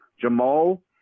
Jamal